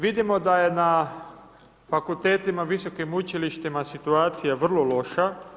Vidimo da je na fakultetima, visokim učilištima, situacija vrlo loša.